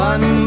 One